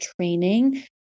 training